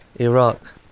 Iraq